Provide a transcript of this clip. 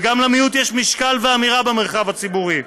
וגם למיעוט יש משקל ואמירה במרחב הציבורי.